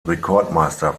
rekordmeister